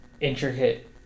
intricate